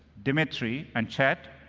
dimitri and chet,